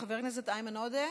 חבר הכנסת איימן עודה,